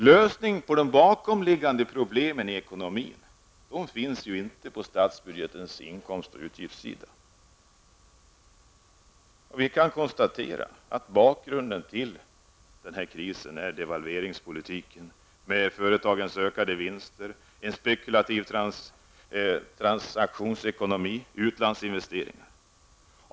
Lösningen på de bakomliggande problemen i ekonomin är inte på statsbudgetens inkomst eller utgiftssida. Bakgrunden till räntekrisen är devalveringspolitiken med ökade företagsvinster, en spekulativ transaktionsekonomi och utlandsinvesteringar.